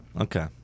Okay